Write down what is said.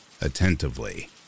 attentively